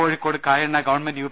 Kozhikode Kayanna government U